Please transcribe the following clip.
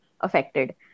affected